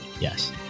Yes